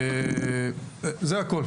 ולכן,